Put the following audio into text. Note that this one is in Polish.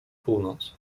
północ